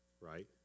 right